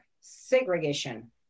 Segregation